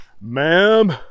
Ma'am